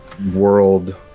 world